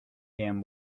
him